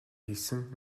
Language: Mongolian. хийсэн